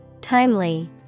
Timely